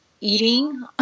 eating